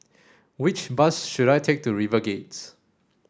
which bus should I take to RiverGate